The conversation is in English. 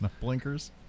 Blinkers